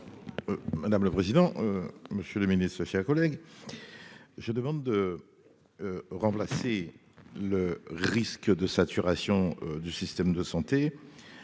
Madame le président, monsieur le ministre, chers collègues, je demande de remplacer le risque de saturation du système de santé